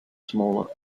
smaller